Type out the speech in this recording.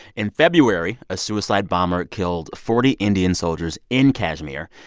in february, a suicide bomber killed forty indian soldiers in kashmir.